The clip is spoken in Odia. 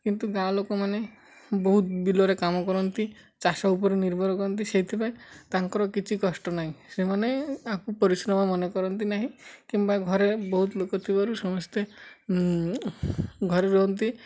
କିନ୍ତୁ ଗାଁ ଲୋକମାନେ ବହୁତ ବିଲରେ କାମ କରନ୍ତି ଚାଷ ଉପରେ ନିର୍ଭର କରନ୍ତି ସେଇଥିପାଇଁ ତାଙ୍କର କିଛି କଷ୍ଟ ନାହିଁ ସେମାନେ ଆକୁ ପରିଶ୍ରମ ମନେ କରନ୍ତି ନାହିଁ କିମ୍ବା ଘରେ ବହୁତ ଲୋକ ଥିବାରୁ ସମସ୍ତେ ଘରେ ରୁହନ୍ତି